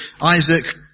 Isaac